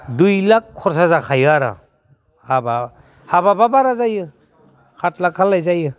दुइ लाख खरसा जाखायो आरो हाबा हाबाब्ला बारा जायो खात लाखआलाय जायो